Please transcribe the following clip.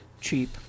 cheap